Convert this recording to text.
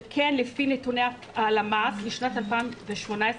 שכן לפי נתוני הלמ"ס בשנת 2018,